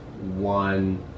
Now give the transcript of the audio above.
one